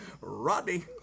Rodney